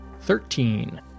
Thirteen